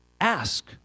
Ask